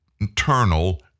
internal